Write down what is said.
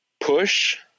Push